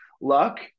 luck